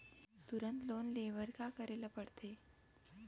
तुरंत लोन ले बर का करे ला पढ़थे?